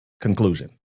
conclusion